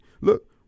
look